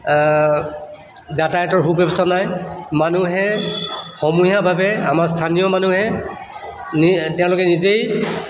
যাতায়াতৰ সুব্যৱস্থা নাই মানুহে সমূহীয়াভাৱে আমাৰ স্থানীয় মানুহে নি তেওঁলোকে নিজেই